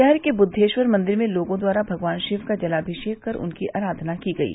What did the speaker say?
शहर के बुद्वेश्वर मंदिर में लोगों द्वारा भगवान रिय का जलाभिषेक कर उनकी आराधना की गयी